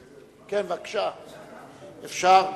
אפשר.